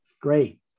Great